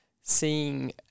seeing